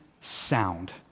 sound